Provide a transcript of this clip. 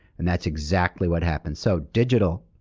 and that's exactly what happened. so digital.